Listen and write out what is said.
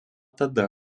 tada